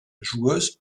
joueuse